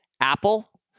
Apple